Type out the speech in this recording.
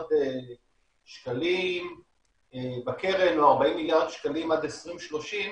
מיליארד שקלים בקרן או 40 מיליארד שקלים עד 2030,